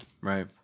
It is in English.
right